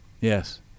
Yes